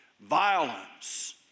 violence